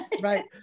Right